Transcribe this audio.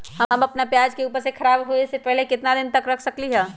हम अपना प्याज के ऊपज के खराब होबे पहले कितना दिन तक रख सकीं ले?